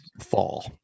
fall